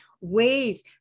ways